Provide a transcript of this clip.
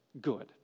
good